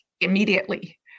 immediately